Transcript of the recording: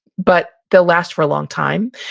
but they'll last for a long time.